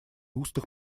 устных